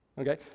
Okay